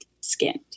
skinned